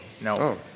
No